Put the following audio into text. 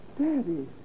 Daddy